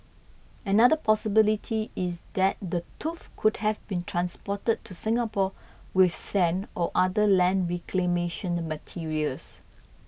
another possibility is that the tooth could have been transported to Singapore with sand or other land reclamation the materials